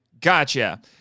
gotcha